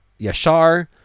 Yashar